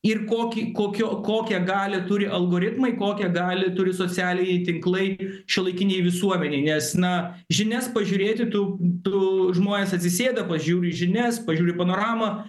ir kokį kokio kokią galią turi algoritmai kokią galią turi socialiai tinklai šiuolaikinei visuomenei nes na žinias pažiūrėti tu tu žmonės atsisėda pažiūri žinias pažiūri panoramą